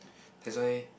that's why